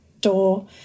door